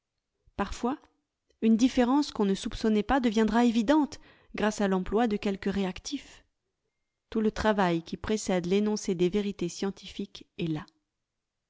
parfois une différence qu'on ne soupçonnait pas deviendra évidente grâce à l'emploi de quelque réactif tout le travail qui précède l'énoncé des vérités scientifiques est là